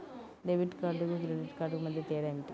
Debit కార్డుకు credit కార్డుకు మధ్య తేడా ఏమిటీ?